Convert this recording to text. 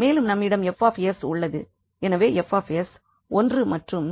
மேலும் நம்மிடம் F 𝑠 உள்ளது எனவே F 𝑠 1 மற்றும்